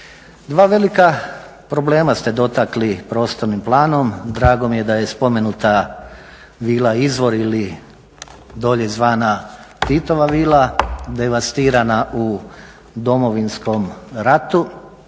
Dva velika problema ste dotakli prostornim planom. Drago mi je da je spomenuta vila Izvor ili dolje zvana Titova vila devastirana u Domovinskom ratu